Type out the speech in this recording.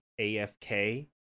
AFK